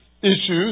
issues